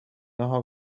naha